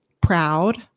proud